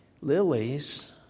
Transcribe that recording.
Lilies